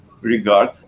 regard